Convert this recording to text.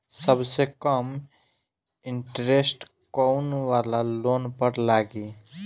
सबसे कम इन्टरेस्ट कोउन वाला लोन पर लागी?